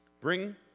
bring